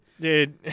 Dude